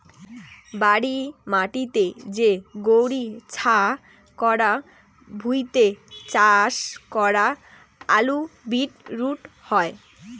বাড়ি মাটিতে যে গৈরী ছা করাং ভুঁইতে চাষ করাং আলু, বিট রুট হই